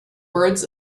words